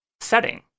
setting